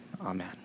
amen